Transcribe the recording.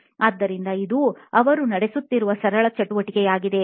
ಆದ್ದರಿಂದ ಇದು ಅವರು ನಡೆಸುತ್ತಿರುವ ಸರಳ ಚಟುವಟಿಕೆಯಾಗಿದೆ